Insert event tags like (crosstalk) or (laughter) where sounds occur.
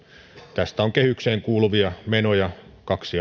tästä on kehykseen kuuluvia menoja kaksi (unintelligible)